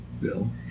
Bill